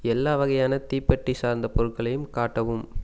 எல்லா வகையான தீப்பெட்டி சார்ந்த பொருட்களையும் காட்டவும்